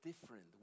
different